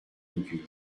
augure